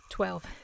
Twelve